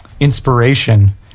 inspiration